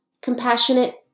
compassionate